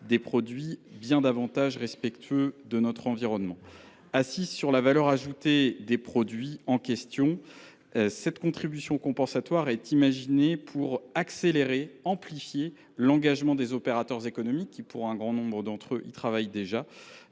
des produits plus respectueux de notre environnement. Assise sur la valeur ajoutée des produits mis en marché, cette contribution compensatoire est imaginée pour amplifier l’engagement des opérateurs économiques, qui, pour un grand nombre d’entre eux, y travaillent déjà,